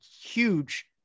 huge